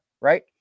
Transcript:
right